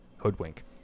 hoodwink